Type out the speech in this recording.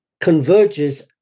converges